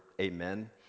amen